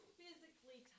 physically